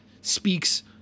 speaks